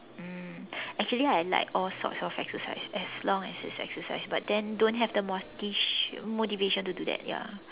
mm actually I like all sorts of exercises as long as it is exercise but then don't have the moti~ motivation to do that ya